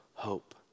Hope